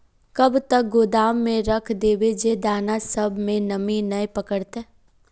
कब तक गोदाम में रख देबे जे दाना सब में नमी नय पकड़ते?